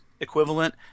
equivalent